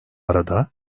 arada